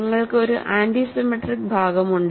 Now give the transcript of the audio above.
നിങ്ങൾക്ക് ഒരു antisymmetric ഭാഗം ഉണ്ട്